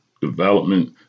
development